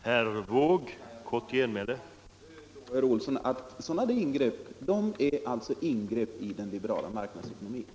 Herr talman! Jag vill bara erinra herr Olsson i Järvsö om att sådana åtgärder är ingrepp i den liberala marknadsekonomin.